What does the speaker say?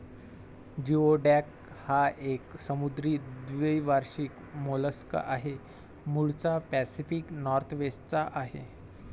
geoduck हा एक समुद्री द्वैवार्षिक मोलस्क आहे, मूळचा पॅसिफिक नॉर्थवेस्ट चा आहे